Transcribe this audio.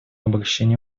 обогащения